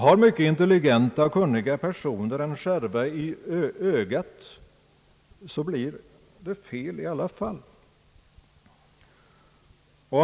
Har mycket intelligenta och kunniga personer en skärva i ögat så blir det i alla fall fel.